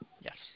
Yes